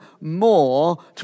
more